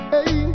Hey